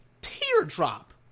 teardrop